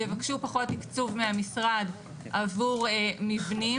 יבקשו פחות תקצוב מהמשרד עבור מבנים,